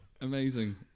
Amazing